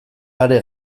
are